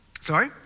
Sorry